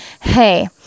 hey